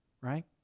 Right